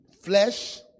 flesh